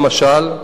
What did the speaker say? למשל,